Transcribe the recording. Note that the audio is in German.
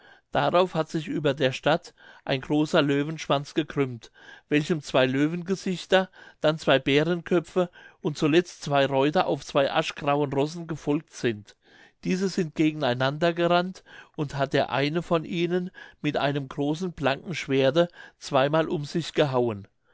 darauf hat sich über der stadt ein großer löwenschwanz gekrümmt welchem zwei löwengesichter dann zwei bärenköpfe und zuletzt zwei reuter auf zwei aschgrauen rossen gefolgt sind diese sind gegen einander gerannt und hat der eine von ihnen mit einem großen blanken schwerte zweimal um sich gehauen